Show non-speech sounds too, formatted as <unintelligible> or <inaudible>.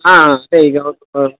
ಹಾಂ ಹಾಂ <unintelligible>